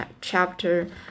chapter